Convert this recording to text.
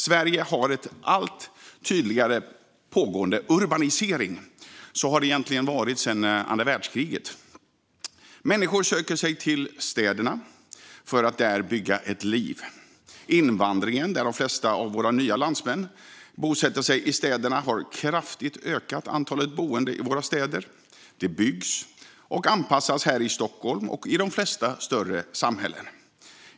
Sverige har en allt tydligare pågående urbanisering. Så har det egentligen varit sedan andra världskriget. Människor söker sig till städerna för att där bygga ett liv. Invandringen, där de flesta av våra nya landsmän bosätter sig i städerna, har kraftigt ökat antalet boende i våra städer. Det byggs och anpassas här i Stockholm och i de flesta större samhällen.